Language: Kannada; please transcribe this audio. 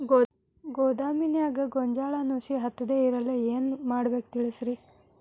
ಗೋದಾಮಿನ್ಯಾಗ ಗೋಂಜಾಳ ನುಸಿ ಹತ್ತದೇ ಇರಲು ಏನು ಮಾಡಬೇಕು ತಿಳಸ್ರಿ